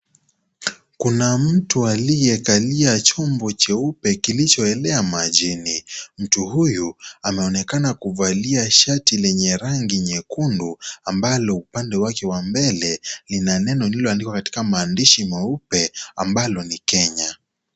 Kuna mtu aliyekalia chombo cheupe kilichoelea majini. Mtu huyu anaonekana kuvalia shati lenye rangi nyekundu ambalo upande wake wa mbele lina neno lililoadikwa katika maandishi meupe ambalo ni Kenya.